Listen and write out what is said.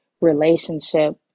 relationship